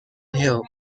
hill